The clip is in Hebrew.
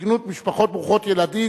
בגנות משפחות ברוכות ילדים,